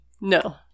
No